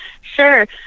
Sure